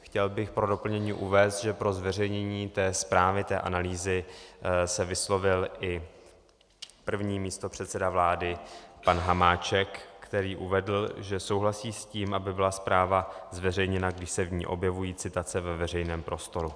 Chtěl bych pro doplnění uvést, že pro zveřejnění té zprávy, té analýzy, se vyslovil i první místopředseda vlády pan Hamáček, který uvedl, že souhlasí s tím, aby byla zpráva zveřejněna, když se z ní objevují citace ve veřejném prostoru.